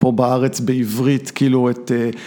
פה בארץ בעברית כאילו את